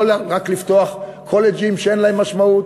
לא רק לפתוח קולג'ים שאין להם משמעות.